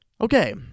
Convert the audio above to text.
Okay